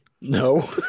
No